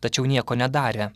tačiau nieko nedarė